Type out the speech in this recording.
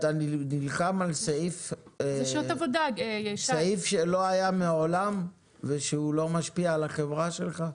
אתה נלחם על סעיף שלא היה מעולם ושהוא לא משפיע על החברה שלך?